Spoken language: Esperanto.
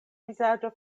vizaĝo